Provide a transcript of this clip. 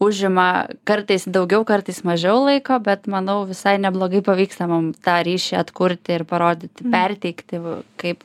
užima kartais daugiau kartais mažiau laiko bet manau visai neblogai pavyksta mum tą ryšį atkurti ir parodyti perteikti v kaip